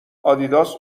آدیداس